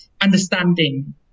understanding